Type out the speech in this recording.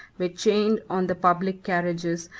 were chained on the public carriages,